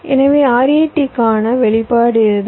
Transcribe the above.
எனவே RAT க்கான வெளிப்பாடு இதுதான்